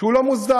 שהוא לא מוסדר.